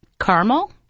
caramel